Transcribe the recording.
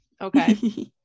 okay